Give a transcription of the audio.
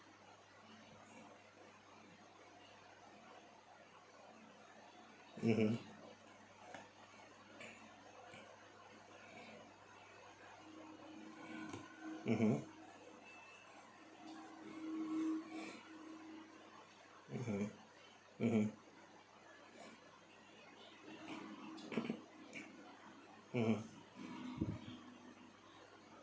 mmhmm mmhmm mmhmm mmhmm mm